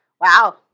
Wow